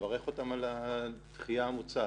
לברך על הדחייה המוצעת,